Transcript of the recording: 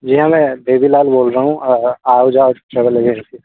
जी हाँ मैं बेबी लाल बोल रहा हूँ आओ जाओ ट्रेवल एजेंसी से